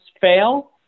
fail